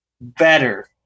better